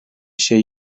şey